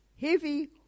heavy